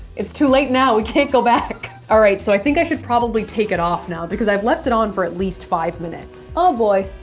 it's too late now we can't go back. alright so i think i should probably take it off now because i've left it on for at least five minutes. oh boy.